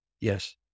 Yes